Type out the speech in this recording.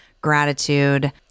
gratitude